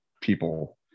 people